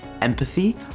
empathy